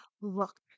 look